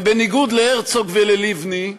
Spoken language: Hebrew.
ובניגוד להרצוג וללבני,